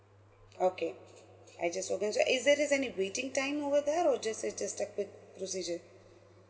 okay I just walk in so is there is any waiting time over there or just right to start with procedure